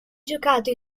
giocato